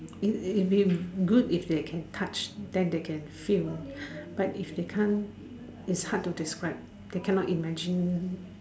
is it be good if they can touch then they can feel but if they can't its hard to describe they cannot imagine